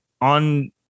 on